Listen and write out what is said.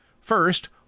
First